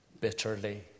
bitterly